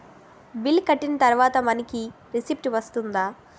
Bill కట్టిన తర్వాత మనకి రిసీప్ట్ వస్తుందా?